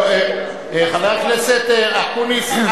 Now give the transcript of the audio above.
חבר הכנסת אקוניס,